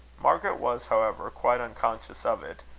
margaret was, however, quite unconscious of it,